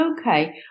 Okay